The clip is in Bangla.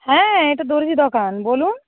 হ্যাঁ এটা দর্জি দোকান বলুন